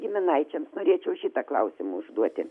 giminaičiams norėčiau šitą klausimą užduoti